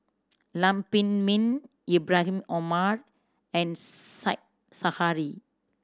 Lam Pin Min Ibrahim Omar and Said Zahari